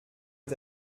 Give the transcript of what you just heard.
est